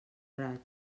raig